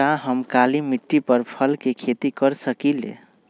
का हम काली मिट्टी पर फल के खेती कर सकिले?